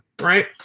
Right